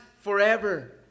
forever